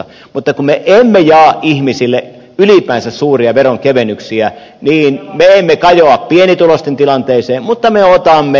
mutta kun me emme jaa ihmisille ylipäänsä suuria veronkevennyksiä niin me emme kajoa pienituloisten tilanteeseen mutta me otamme suurituloisilta